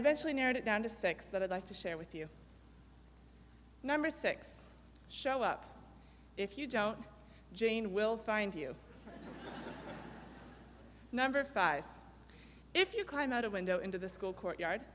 eventually narrowed it down to six that i'd like to share with you number six show up if you don't jane will find you number five if you climb out a window into the school courtyard